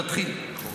נתחיל.